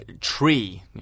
tree